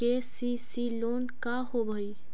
KCC loan का होब हइ?